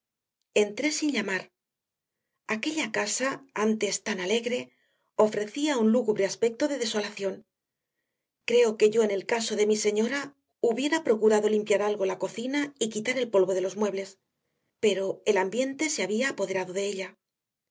entré sin llamar aquella casa antes tan alegre ofrecía un lúgubre aspecto de desolación creo que yo en el caso de mi señora hubiera procurado limpiar algo la cocina y quitar el polvo de los muebles pero el ambiente se había apoderado de ella